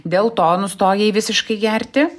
dėl to nustojai visiškai gerti